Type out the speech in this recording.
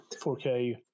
4K